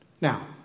Now